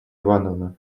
ивановна